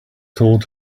told